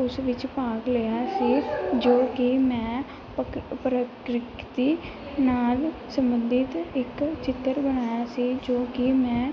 ਉਸ ਵਿੱਚ ਭਾਗ ਲਿਆ ਸੀ ਜੋ ਕਿ ਮੈਂ ਪ੍ਰਕ ਪ੍ਰਕਿਰਤੀ ਨਾਲ ਸੰਬੰਧਿਤ ਇੱਕ ਚਿੱਤਰ ਬਣਾਇਆ ਸੀ ਜੋ ਕਿ ਮੈਂ